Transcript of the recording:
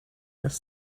this